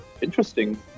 Interesting